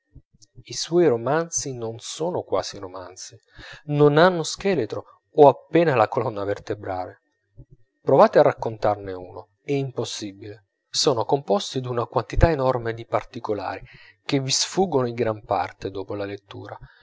i suoi romanzi non son quasi romanzi non hanno scheletro o appena la colonna vertebrale provate a raccontarne uno è impossibile sono composti d'una quantità enorme di particolari che vi sfuggono in gran parte dopo la lettura